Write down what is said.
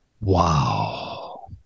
Wow